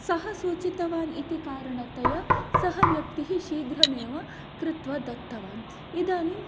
सः सूचितवान् इति कारणतया सः व्यक्तिः शीघ्रमेव कृत्वा दत्तवान् इदानीं